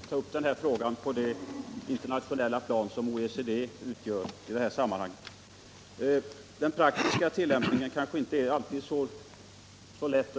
Herr talman! Det är bra att man kan ta upp den här frågan på det internationella plan som OECD utgör. Den praktiska tillämpningen kanske inte alltid är så lätt.